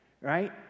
right